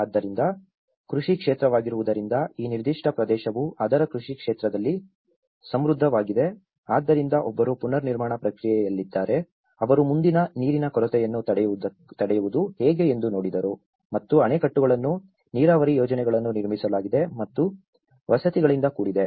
ಆದ್ದರಿಂದ ಕೃಷಿ ಕ್ಷೇತ್ರವಾಗಿರುವುದರಿಂದ ಈ ನಿರ್ದಿಷ್ಟ ಪ್ರದೇಶವು ಅದರ ಕೃಷಿ ಕ್ಷೇತ್ರದಲ್ಲಿ ಸಮೃದ್ಧವಾಗಿದೆ ಆದ್ದರಿಂದ ಒಬ್ಬರು ಪುನರ್ನಿರ್ಮಾಣ ಪ್ರಕ್ರಿಯೆಯಲ್ಲಿದ್ದಾರೆ ಅವರು ಮುಂದಿನ ನೀರಿನ ಕೊರತೆಯನ್ನು ತಡೆಯುವುದು ಹೇಗೆ ಎಂದು ನೋಡಿದರು ಮತ್ತು ಅಣೆಕಟ್ಟುಗಳನ್ನು ನೀರಾವರಿ ಯೋಜನೆಗಳನ್ನು ನಿರ್ಮಿಸಲಾಗಿದೆ ಮತ್ತು ವಸತಿಗಳಿಂದ ಕೂಡಿದೆ